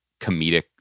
comedic